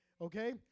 okay